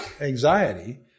anxiety